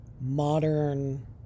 modern